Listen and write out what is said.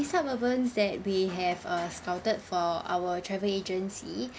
suburbans that we have err scouted for our travel agency